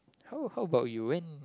how how about you when